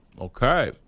Okay